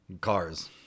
cars